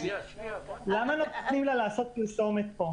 למה נותנים לה לעשות כאן פרסומת?